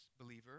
believer